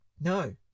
No